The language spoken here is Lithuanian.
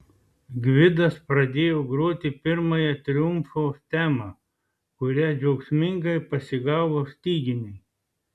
gvidas pradėjo groti pirmąją triumfo temą kurią džiaugsmingai pasigavo styginiai